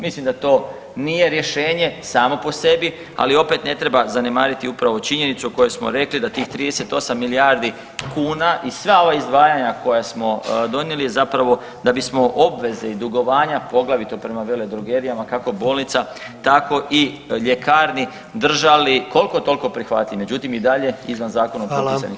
Mislim da to nije rješenje samo po sebi, ali opet ne treba zanemariti upravo ovu činjenicu o kojoj smo rekli da tih 38 milijardi kuna i sva ova izdvajanja koja smo donijeli zapravo da bismo obveze i dugovanja, poglavito prema veledrogerijama, kako bolnica tako i ljekarni držali kolko tolko prihvatljivim, međutim i dalje izvan zakonom propisanih rokova nažalost.